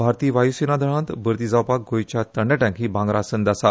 भारतीय वायूसेना दळात भरती जावपाक गोंयच्या तरणाटयांक ही भांगरा संद आसा